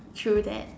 true that